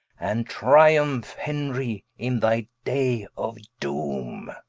and triumph henry, in thy day of doome.